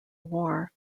war